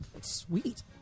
Sweet